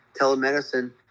telemedicine